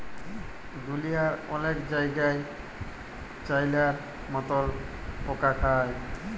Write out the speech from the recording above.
দুঁলিয়ার অলেক জায়গাই চাইলার মতল পকা খায়